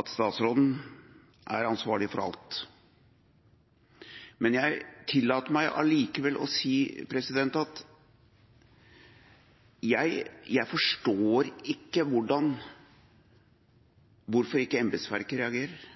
at statsråden er ansvarlig for alt. Men jeg tillater meg likevel å si at jeg ikke forstår hvorfor embetsverket ikke reagerer.